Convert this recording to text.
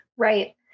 Right